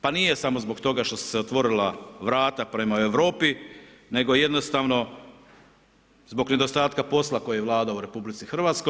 Pa nije samo zbog toga što su se otvorila vrata prema Europi nego jednostavno zbog nedostatka posla koji je vladao u RH.